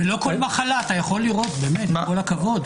ולא כל מחלה אתה יכול לראות, עם כל הכבוד.